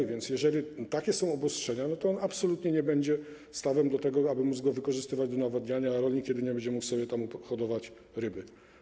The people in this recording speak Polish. A więc jeżeli takie są obostrzenia, to on absolutnie nie będzie stawem do tego, aby go wykorzystywać do nawodniania, a rolnik jedynie będzie mógł sobie tam hodować ryby.